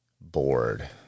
bored